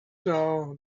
saw